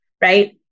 Right